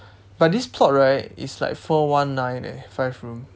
but this plot right is like four one nine eh five room